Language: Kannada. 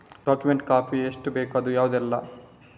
ಡಾಕ್ಯುಮೆಂಟ್ ಕಾಪಿ ಎಷ್ಟು ಬೇಕು ಅದು ಯಾವುದೆಲ್ಲ?